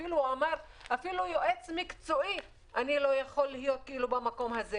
הוא אפילו אמר שהוא לא יכול להיות יועץ מקצועי במקום הזה.